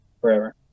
forever